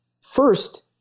first